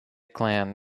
clan